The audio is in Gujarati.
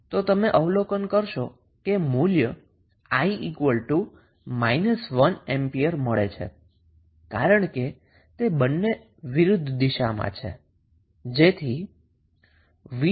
તો તમે અવલોકન કરશો કે મૂલ્ય 𝑖 −1𝐴 મળે છે કારણ કે તે બંને વિરુદ્ધ દિશામાં છે